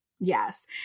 Yes